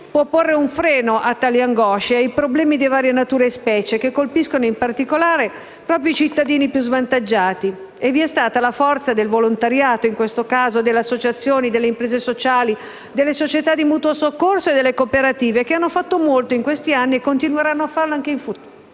a porre un freno a tali angosce e a problemi di varia natura e specie, che colpiscono in particolare i cittadini più svantaggiati, vi è stata la forza del volontariato, delle associazioni, delle imprese sociali, delle società di mutuo soccorso e delle cooperative, che hanno fatto molto in questi anni e continueranno a farlo anche nel futuro.